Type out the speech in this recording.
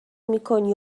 میکنی